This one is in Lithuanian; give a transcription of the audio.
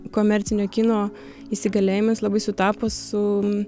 komercinio kino įsigalėjimas labai sutapo su